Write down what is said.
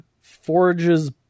Forge's